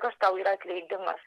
kas tau yra atleidimas